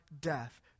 death